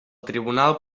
tribunal